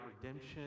redemption